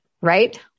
right